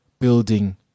building